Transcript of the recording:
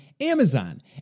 Amazon